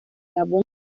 gabón